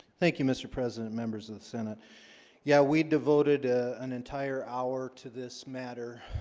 thank you mr. president members of the senate yeah, we devoted an entire hour to this matter